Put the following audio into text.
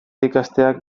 ikasteak